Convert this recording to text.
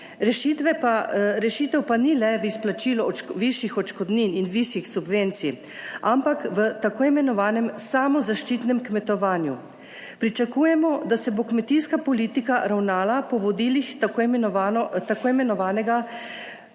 Rešitev pa ni le v izplačilu višjih odškodnin in višjih subvencij, ampak v tako imenovanem samozaščitnem kmetovanju. Pričakujemo, da se bo kmetijska politika ravnala po vodilih tako imenovanega podnebno